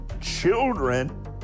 children